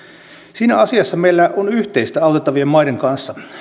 siinä asiassa meillä on yhteistä autettavien maiden kanssa